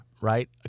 right